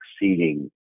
exceeding